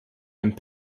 and